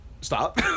stop